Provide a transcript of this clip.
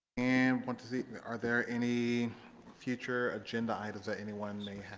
and want to see are there any future agenda items that anyone may